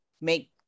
make